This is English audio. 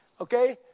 Okay